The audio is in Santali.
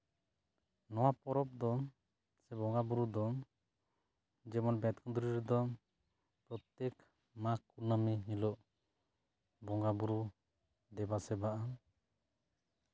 ᱱᱚᱣᱟ ᱯᱚᱨᱚᱵᱽ ᱫᱚ ᱥᱮ ᱵᱚᱸᱜᱟᱼᱵᱩᱨᱩ ᱫᱚ ᱡᱮᱢᱚᱱ ᱵᱮᱛᱠᱩᱸᱫᱽᱨᱤ ᱨᱮᱫᱚ ᱯᱨᱚᱛᱛᱮᱠ ᱢᱟᱜᱽ ᱠᱩᱱᱟᱹᱢᱤ ᱦᱤᱞᱳᱜ ᱵᱚᱸᱜᱟᱼᱵᱩᱨᱩ ᱫᱮᱵᱟ ᱥᱮᱵᱟ